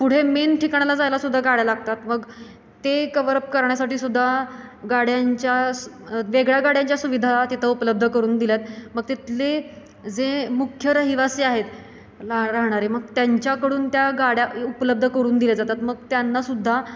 पुढे मेन ठिकाणाला जायलासुद्धा गाड्या लागतात मग ते कवरअप करण्यासाठी सुद्धा गाड्यांच्या वेगळ्या गाड्यांच्या सुविधा तिथं उपलब्ध करून दिल्यात मग तिथले जे मुख्य रहिवासी आहेत लहा राहणारे मग त्यांच्याकडून त्या गाड्या उपलब्ध करून दिल्या जातात मग त्यांनासुद्धा